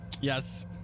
Yes